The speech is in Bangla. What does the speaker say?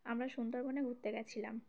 আমরা সুন্দরবনে ঘুরতে গিয়েছিলাম